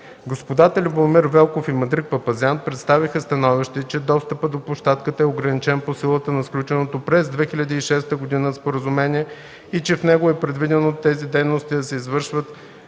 Господата Любомир Велков и Мадрик Папазян представиха становище, че достъпът до площадката е ограничен по силата на сключеното през 2006 г. споразумение и че в него е предвидено тези дейности да се извършат